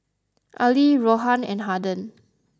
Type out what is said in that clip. Arlie Rohan and Harden